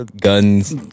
Guns